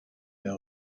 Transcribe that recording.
mehr